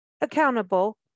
accountable